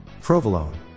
Provolone